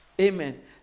Amen